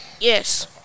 Yes